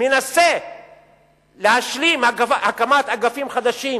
מנסה להשלים הקמת אגפים חדשים